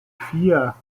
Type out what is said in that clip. vier